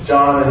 John